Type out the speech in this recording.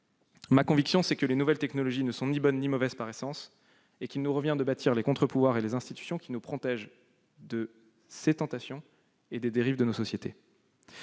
convaincu : les nouvelles technologies ne sont ni bonnes ni mauvaises par essence. Il nous revient de bâtir les contre-pouvoirs et les institutions qui nous protègent des tentations et des dérives que peuvent